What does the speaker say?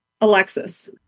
alexis